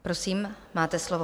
Prosím, máte slovo.